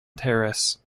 terrace